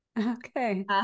Okay